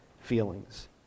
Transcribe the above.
feelings